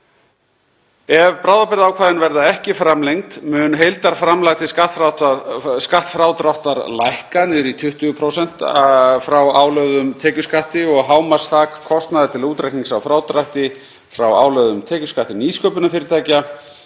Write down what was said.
Ef bráðabirgðaákvæðin verða ekki framlengd mun heildarframlag til skattfrádráttar lækka niður í 20% frá álögðum tekjuskatti og hámarksþak kostnaðar til útreiknings á frádrætti frá álögðum tekjuskatti nýsköpunarfyrirtækja